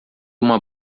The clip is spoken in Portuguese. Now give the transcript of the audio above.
uma